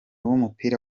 w’umupira